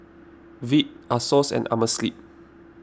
Veet Asos and Amerisleep